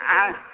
आ